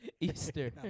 Easter